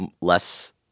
less